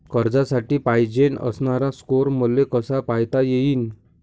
कर्जासाठी पायजेन असणारा स्कोर मले कसा पायता येईन?